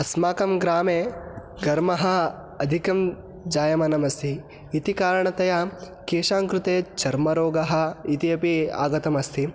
अस्माकं ग्रामे गर्मः अधिकं जायमानमस्ति इति कारणतया केषां कृते चर्मरोगः इति अपि आगतमस्ति